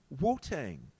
Wu-Tang